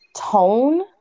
tone